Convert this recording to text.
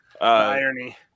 Irony